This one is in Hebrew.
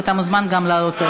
ואתה מוזמן גם להעלות,